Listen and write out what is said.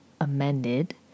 amended